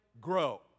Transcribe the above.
grow